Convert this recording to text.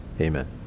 Amen